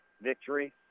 victory